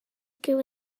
speaker